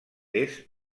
est